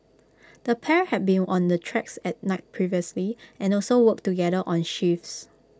the pair had been on the tracks at night previously and also worked together on shifts